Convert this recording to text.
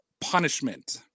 punishment